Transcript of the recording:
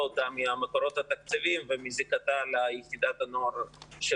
אותה מהמקורות התקציביים ומזיקתה ליחידת הנוער של